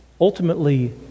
Ultimately